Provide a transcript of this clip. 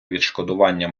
відшкодування